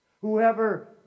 Whoever